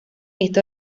esto